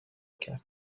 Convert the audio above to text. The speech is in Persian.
کرد